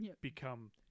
become